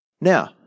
Now